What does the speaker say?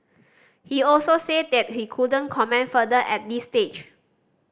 he also said that he couldn't comment further at this stage